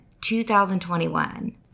2021